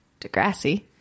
Degrassi